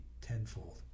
tenfold